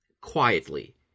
quietly